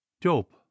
Dope